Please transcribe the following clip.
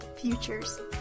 futures